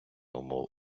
умов